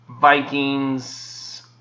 Vikings